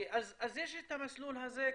אז יש את המסלול הזה,